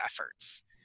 efforts